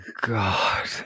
God